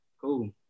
cool